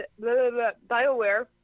Bioware